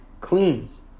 cleans